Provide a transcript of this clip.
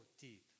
deep